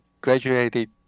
graduated